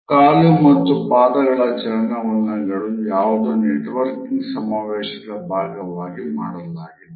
ಕಾಲು ಮತ್ತು ಪಾದಗಳ ಚಲನವಲನಗಳು ಯಾವುದೊ ನೆಟ್ವರ್ಕಿಂಗ್ ಸಮಾವೇಶದ ಭಾಗವಾಗಿ ಮಾಡಲಾಗಿದೆ